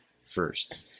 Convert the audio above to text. first